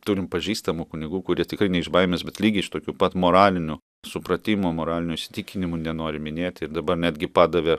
turim pažįstamų kunigų kurie tikrai ne iš baimės bet lygiai iš tokių pat moralinių supratimo moralinių įsitikinimų nenori minėti ir dabar netgi padavė